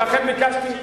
ולכן ביקשתי,